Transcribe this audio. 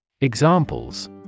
Examples